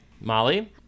Molly